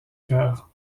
cœur